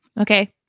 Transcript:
Okay